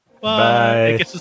bye